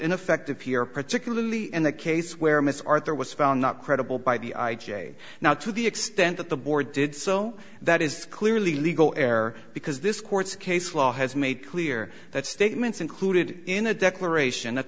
ineffective here particularly in the case where ms arthur was found not credible by the i j a now to the extent that the board did so that is clearly legal air because this court's case law has made clear that statements included in a declaration